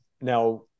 Now